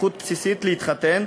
זכות בסיסית להתחתן.